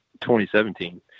2017